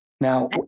Now